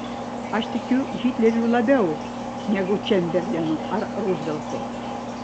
aš tikiu hitleriu labiau negu čemberlenu ar ruzveltu